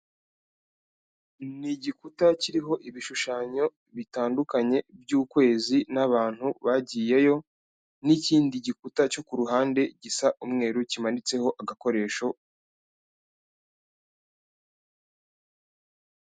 n'igikuta kiriho ibishushanyo bitandukanye by'ukwezi n'abantu bagiyeyo, n'ikindi gikuta cyo ku ruhande gisa n'umweru kimanitseho agakoresho.